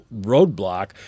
roadblock